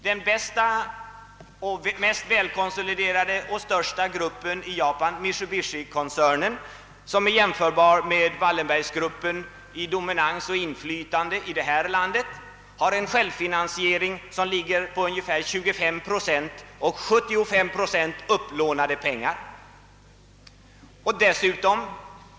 Den bästa, mest välkonsoliderade och största gruppen i Japan, Mitsubishikoncernen, som är jämförbar med Wallenberggruppen i dominans och inflytande, har en självfinansiering som ligger på ungefär 25 procent medan 75 procent utgör upplånade medel.